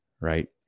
right